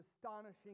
astonishing